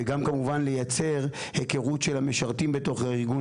וגם כמובן לייצר היכרות של המשרתים בתוך הארגון,